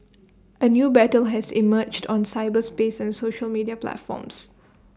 A new battle has emerged on cyberspace and social media platforms